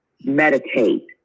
meditate